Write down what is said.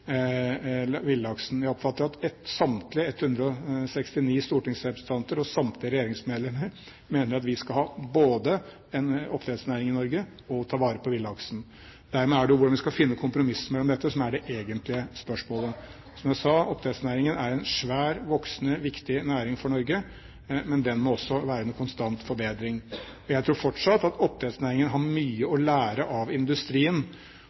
Jeg oppfatter at samtlige 169 stortingsrepresentanter og samtlige regjeringsmedlemmer mener at vi både skal ha en oppdrettsnæring i Norge og ta vare på villaksen. Dermed er det hvordan vi skal finne kompromisser mellom dette, som er det egentlige spørsmålet. Som jeg sa: Oppdrettsnæringen er en svær, voksende og viktig næring for Norge, men den må også være under konstant forbedring. Jeg tror fortsatt oppdrettsnæringen har mye å lære av industrien.